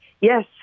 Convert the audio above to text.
Yes